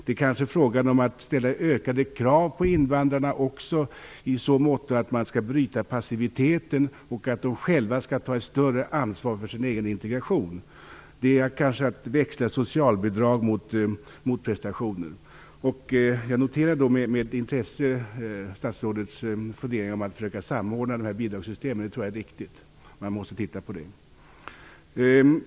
Det kanske är fråga om att ställa ökade krav på invandrarna också, i så motto att man skall bryta passiviteten och att de själva skall ta ett större ansvar för sin egen integration. Det är kanske att växla socialbidrag mot prestationer. Jag noterar med intresse statsrådets funderingar på att försöka samordna bidragssystemen. Det tror jag är viktigt. Man måste titta på detta.